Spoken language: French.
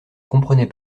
comprenaient